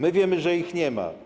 My wiemy, że ich nie ma.